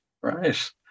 right